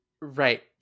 Right